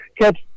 catch